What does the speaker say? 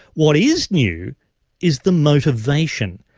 what is new is the motivation.